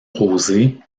rosé